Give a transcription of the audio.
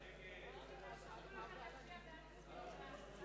ההצעה להעביר את הצעת החוק הגנת השכר (עיצום כספי ועונשין),